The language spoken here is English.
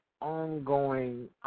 ongoing